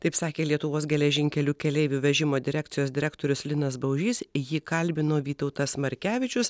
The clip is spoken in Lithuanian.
taip sakė lietuvos geležinkelių keleivių vežimo direkcijos direktorius linas baužys jį kalbino vytautas markevičius